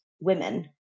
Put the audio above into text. women